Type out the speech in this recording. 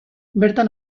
bertan